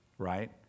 right